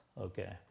okay